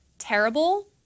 terrible